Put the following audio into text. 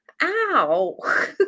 ow